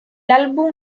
álbum